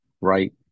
Right